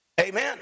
Amen